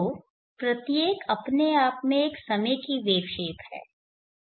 तो प्रत्येक अपने आप मे एक समय की वेव शेप है